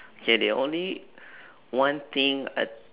okay the only one thing I